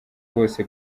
bose